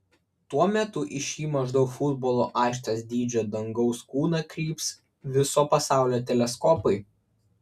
tuo metu į šį maždaug futbolo aikštės dydžio dangaus kūną kryps viso pasaulio teleskopai